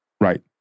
Right